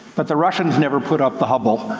but the russians never put up the hubble,